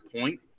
point